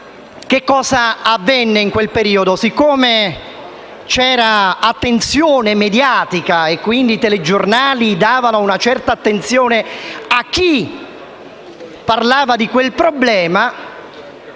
dei fuochi. In quel periodo, siccome c'era attenzione mediatica e, quindi, i telegiornali davano una certa attenzione a chi parlava di quel problema,